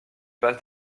passe